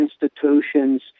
institutions